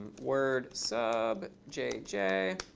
word sub j, j.